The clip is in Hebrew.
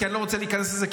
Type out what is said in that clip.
כי אני לא רוצה להיכנס לזה,